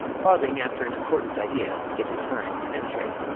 pausing after an important idea gives it time to penetrate